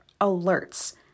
alerts